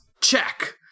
Check